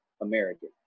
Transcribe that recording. American